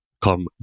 come